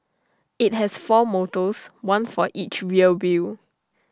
IT has four motors one for each rear wheel